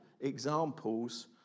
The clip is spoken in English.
examples